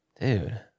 Dude